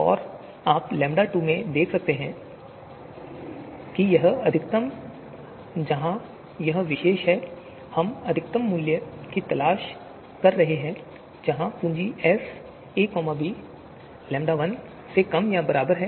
और आप λ2 में देख सकते हैं यह अधिकतम है जहां यह विशेष है हम अधिकतम मूल्य की तलाश कर रहे हैं जहां पूंजी एस ए बी λ1 से कम या बराबर है